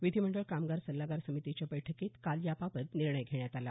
विधिमंडळ कामगार सल्लागार समितीच्या बैठकीत काल याबाबत निर्णय घेण्यात आला